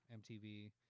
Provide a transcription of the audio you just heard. MTV